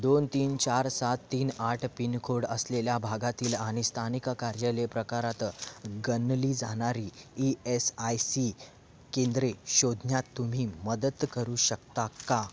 दोन तीन चार सात तीन आठ पिनकोड असलेल्या भागातील आणि स्थानिक कार्यालय प्रकारात गणली जाणारी ई एस आय सी केंद्रे शोधण्यात तुम्ही मदत करू शकता का